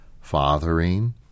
fathering